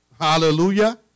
Hallelujah